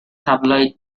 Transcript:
tabloid